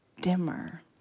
dimmer